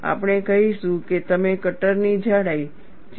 આપણે કહીશું કે તમે કટરની જાડાઈ 0